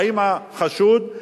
האם החשוד,